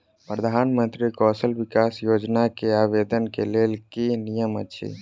प्रधानमंत्री कौशल विकास योजना केँ आवेदन केँ लेल की नियम अछि?